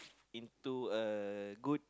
into a good